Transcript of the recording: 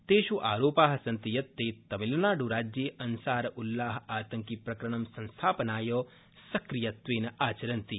तेष् रोपा सन्ति यत् ते तमिलनाडुराज्ये अंसार उल्लाह तंकी प्रकरणं स्थापनाय सक्रियत्वेन चरन्ति